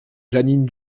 jeanine